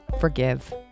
forgive